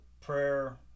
prayer